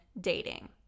dating